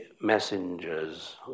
messengers